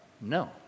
No